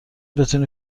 بتونی